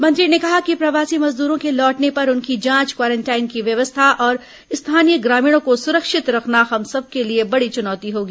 मंत्री ने कहा कि प्रवासी मजदूरों के लौटने पर उनकी जांच क्वारेंटाइन की व्यवस्था और स्थानीय ग्रामीणों को सुरक्षित रखना हम सबके लिए बड़ी चुनौती होगी